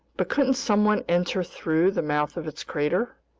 but couldn't someone enter through the mouth of its crater?